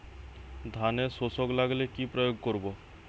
ধানের শোষক লাগলে কি প্রয়োগ করব?